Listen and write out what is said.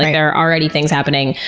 there are already things happening.